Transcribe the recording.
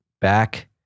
back